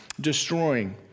destroying